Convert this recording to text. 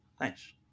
nice